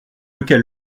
lequel